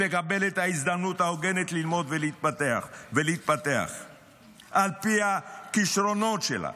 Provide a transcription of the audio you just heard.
תקבל את ההזדמנות ההוגנת ללמוד ולהתפתח על פי הכישרונות שלה,